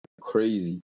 crazy